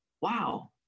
Wow